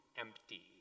empty